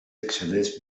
accedeix